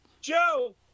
Joe